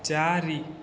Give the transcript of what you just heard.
ଚାରି